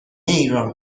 ایران